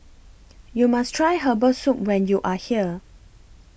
YOU must Try Herbal Soup when YOU Are here